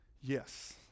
Yes